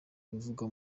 ibivugwa